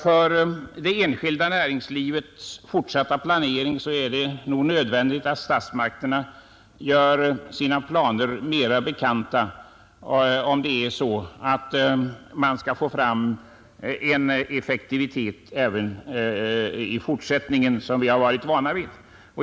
För det enskilda näringslivets fortsatta planering är det nog nödvändigt att statsmakterna gör sina planer mera bekanta, om den effektivitet som vi varit vana vid skall kunna upprätthållas även i fortsättningen.